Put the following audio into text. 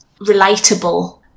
relatable